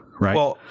Right